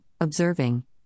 observing